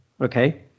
okay